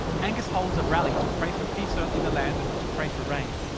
angus holds a rally to pray for peace ah in the land and to pray for rain.